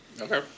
Okay